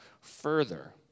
further